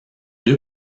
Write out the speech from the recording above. deux